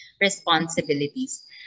responsibilities